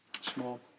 small